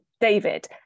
David